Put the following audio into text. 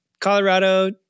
Colorado